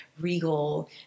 regal